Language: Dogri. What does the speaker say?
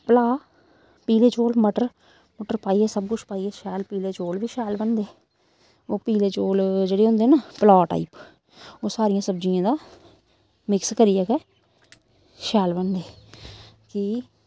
प्लाऽ पीले चौल मटर मुटर पाइयै सब कुछ पाइयै शैल पीले चौल बी शैल बनदे ओह् पीले चौल जेह्ड़े होंदे ना पलाऽ टाइप ओह् सारियें सब्जियें दा मिक्स करियै गै शैल बनदे कि